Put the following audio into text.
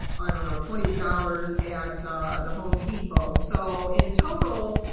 i don't know, twenty dollars at the home depot. so in total,